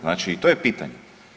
Znači i to je pitanje.